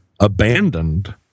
abandoned